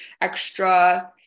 extra